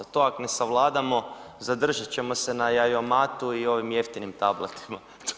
To ako ne savladamo, zadržat ćemo se na jajomatu i ovim jeftinim tabletima.